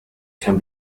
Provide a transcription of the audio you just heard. can